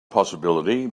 possibility